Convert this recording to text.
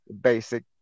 basic